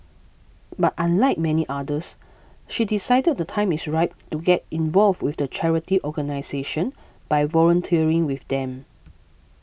but unlike many others she decided the time is ripe to get involved with the charity organisation by volunteering with them